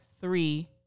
three